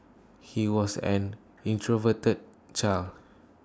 he was an introverted child